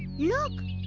look!